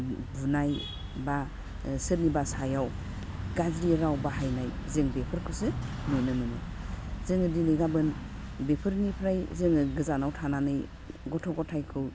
बुनाय बा सोरनिबा सायाव गाज्रि राव बाहायनाय जों बेफोरखौसो नुनो मोनो जोङो दिनै गाबोन बेफोरनिफ्राय जोङो गोजानाव थानानै गथ' गथाइखौ